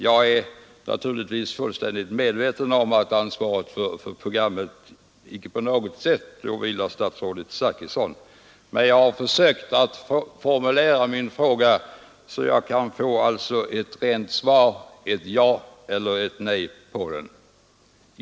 Jag är naturligtvis fullständigt medveten om att ansvaret för programmet icke på något sätt åvilar statsrådet Zachrisson, men jag har försökt formulera min fråga så, att jag kan få ett rent svar — ett ja eller ett nej — på den punkten.